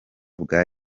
bwa